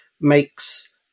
makes